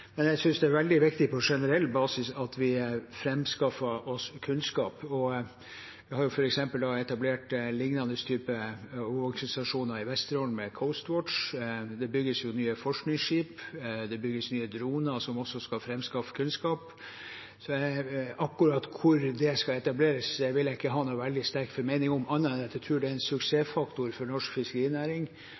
men jeg synes det er veldig viktig på generell basis at vi framskaffer kunnskap. Vi har f.eks. etablert lignende typer overvåkingsstasjoner i Vesterålen med Coastwatch, det bygges nye forskningsskip, og det bygges nye droner som også skal framskaffe kunnskap. Akkurat hvor dette skal etableres, vil jeg ikke ha noen veldig sterk formening om annet enn at jeg tror det er en suksessfaktor for norsk fiskerinæring